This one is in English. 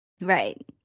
Right